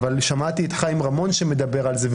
שמעתי את חיים רמון מדבר על זה.